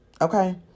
okay